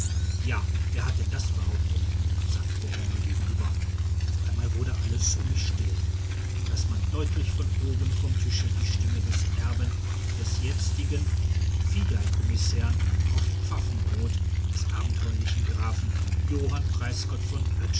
ja wer hat denn das behauptet sagte der herr mir gegenüber auf einmal wurde alles um mich so still daß man deutlich von oben vom tisch her die stimme des erben des jetzigen fideikommißherrn auf pfaffenrod des abenteuerlichen grafen johann preisgott von